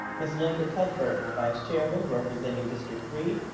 ms. linda cuthbert, my vice chairman representing district three,